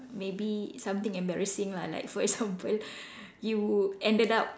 maybe something embarrassing lah like for example you ended up